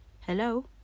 Hello